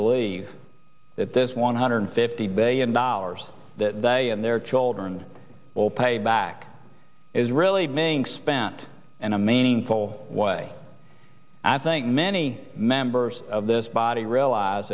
believe that this one hundred fifty billion dollars that they and their children will pay back is really being spent in a meaningful way and i think many members of this body realize